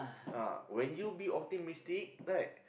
ah when you be optimistic right